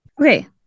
Okay